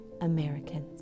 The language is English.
Americans